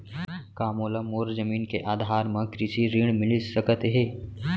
का मोला मोर जमीन के आधार म कृषि ऋण मिलिस सकत हे?